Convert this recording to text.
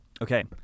okay